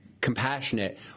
compassionate